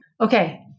Okay